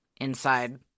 inside